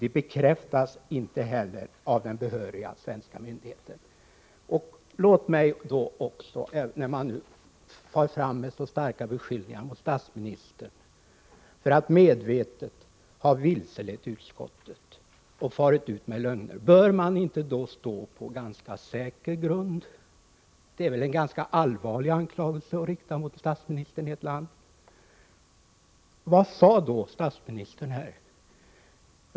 De bekräftas inte heller av den behöriga svenska myndigheten.” När man nu far fram med så starka beskyllningar mot statsministern för att medvetet ha vilselett utskottet och farit ut med lögner, bör man inte då stå på ganska säker grund? Det är väl en rätt så allvarlig anklagelse att rikta mot statsministern i ett land? Vad sade då statsministern?